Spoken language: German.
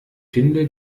finde